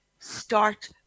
Start